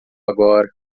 agora